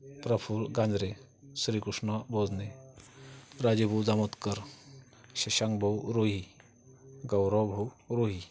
प्रफुल कांजरे श्रीकृष्ण भोजने राजीवभाऊ दामोदकर शशांकभाऊ उरोई गौरवभाऊ उरोई